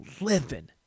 living